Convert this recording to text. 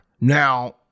Now